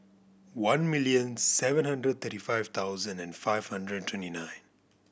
one million seven hundred thirty five thousand and five hundred twenty nine